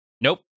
nope